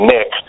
Nick